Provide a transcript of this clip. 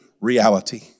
reality